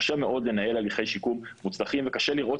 קשה מאוד לנהל הליכי שיקום מוצלחים וקשה לראות